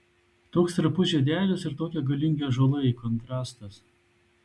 toks trapus žiedelis ir tokie galingi ąžuolai kontrastas